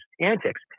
antics